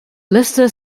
liste